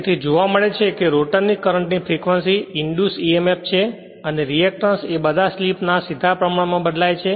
તેથી જોવા મળે છે કે રોટર કરંટની ફ્રેક્વંસી ઇંડ્યુસ emf છે અને રેએકટન્સ એ બધા સ્લિપ ના સીધા પ્રમાણમાં બદલાય છે